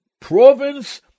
province